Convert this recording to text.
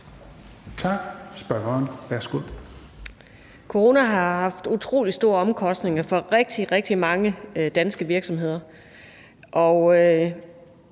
Tak. Spørgeren, værsgo.